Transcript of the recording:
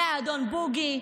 אדון בוגי,